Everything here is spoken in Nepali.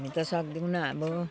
हामी त सक्दैनौँ हाम्रो